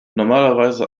normalerweise